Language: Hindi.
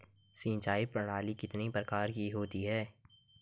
सिंचाई प्रणाली कितने प्रकार की होती हैं?